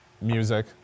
Music